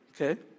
Okay